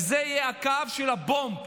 וזה יהיה הקו של ה-bomb,